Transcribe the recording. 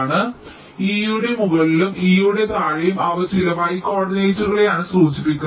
E യുടെ മുകളിലും E യുടെ താഴെയും അവ ചില y കോർഡിനേറ്റുകളെയാണ് സൂചിപ്പിക്കുന്നത്